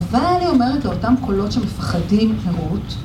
ואני אומרת לאותם קולות שמפחדים למות.